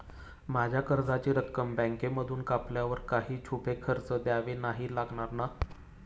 माझ्या कर्जाची रक्कम बँकेमधून कापल्यावर काही छुपे खर्च द्यावे नाही लागणार ना?